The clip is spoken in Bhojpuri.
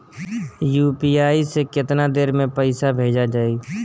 यू.पी.आई से केतना देर मे पईसा भेजा जाई?